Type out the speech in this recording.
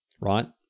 right